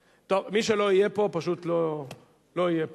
מי שלא יהיה פה פשוט לא יהיה פה.